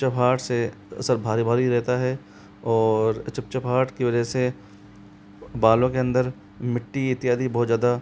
चिपचिपाहट से सर भारी भारी रहता है और चिपचिपाहट की वजह से बालों के अंदर मिट्टी इत्यादि बहुत ज़्यादा